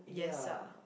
ya